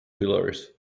pillars